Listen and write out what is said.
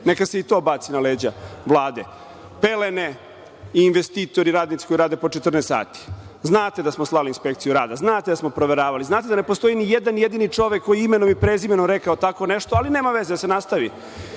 neka se i to baci na leđa na Vlade, pelene i investitori, radnici koji rade po 14 sati. Znate da smo slali inspekciju rada. Znate da smo proveravali. Znate da ne postoji ni jedan jedini čovek koji je imenom i prezimenom rekao tako nešto, ali nema veze, neka se nastavi